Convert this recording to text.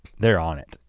they're on it.